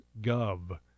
gov